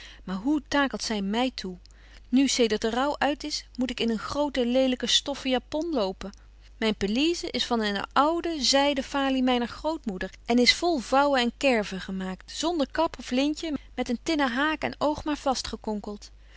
maar hoe takelt zy my toe nu zedert de rouw uit is moet ik in een grove lelyke stoffen japon lopen myn pelise is van eene oude zyden faly myner grootmoeder en is vol vouwen en kerven gemaakt zonder kap of lintje met een tinnen haak en